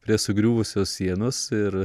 prie sugriuvusios sienos ir